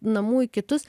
namų į kitus